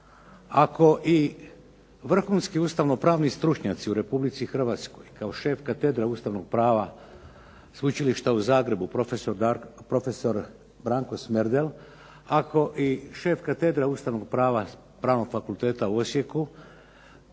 Ako i vrhunski ustavno-pravni stručnjaci u Republici Hrvatskoj kao šef katedre Ustavnog prava Sveučilišta u Zagrebu prof. Branko Smerdel, ako i šef katedre Ustavnog prava Pravnog fakulteta u Osijeku